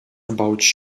about